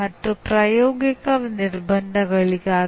ಮತ್ತೊಂದು ಸಿದ್ಧಾಂತವೆಂದರೆ "ಬೌದ್ಧಿಕತೆ"